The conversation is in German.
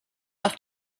auf